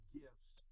gifts